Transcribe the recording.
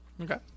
Okay